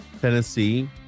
Tennessee